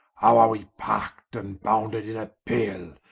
how are we park'd and bounded in a pale?